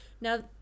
Now